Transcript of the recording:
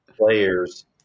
players